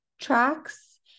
tracks